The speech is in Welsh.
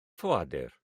ffoadur